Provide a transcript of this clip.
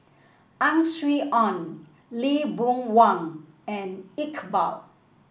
Ang Swee Aun Lee Boon Wang and Iqbal